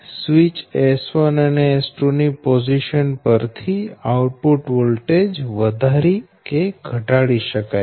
switch S1 અને S2 ની position પર થી આઉટપુટ વોલ્ટેજ વધારી કે ઘટાડી શકાય છે